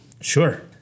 Sure